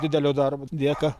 didelio darbo dėka